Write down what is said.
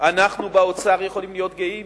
אנחנו באוצר יכולים להיות גאים,